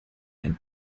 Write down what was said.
ein